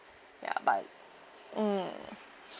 ya but mm